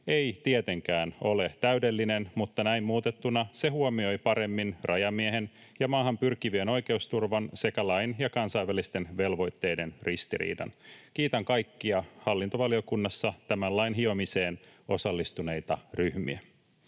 ei tietenkään ole täydellinen, mutta näin muutettuna se huomioi paremmin rajamiehen ja maahan pyrkivien oikeusturvan sekä lain ja kansainvälisten velvoitteiden ristiriidan. Kiitän kaikkia hallintovaliokunnassa tämän lain hiomiseen osallistuneita ryhmiä.